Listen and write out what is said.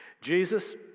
Jesus